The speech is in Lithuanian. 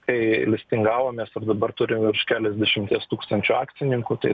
kai listingavomės dabar turim virš keliasdešimties tūkstančių akcininkų tai